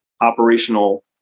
operational